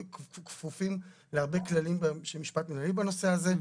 כפופים להרבה כללים של משפט מנהלי בנושא הזה.